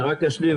אני רק אשלים.